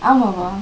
ஆமாவா:aamaavaa